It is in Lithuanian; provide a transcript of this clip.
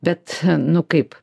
bet nu kaip